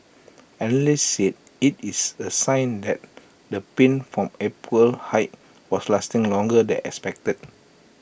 analysts say IT is A sign that the pain from April's hike was lasting longer than expected